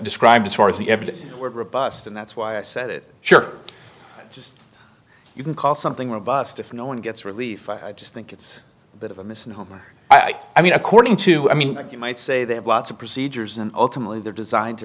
described as far as the evidence and that's why i said it sure just you can call something robust if no one gets relief i just think it's a bit of a misnomer i mean according to i mean you might say they have lots of procedures and ultimately they're designed to